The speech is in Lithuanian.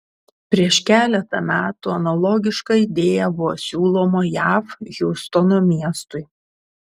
prieš keletą metų analogiška idėja buvo siūloma jav hjustono miestui